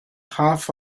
half